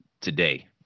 today